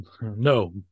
no